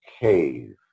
cave